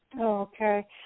Okay